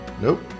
Nope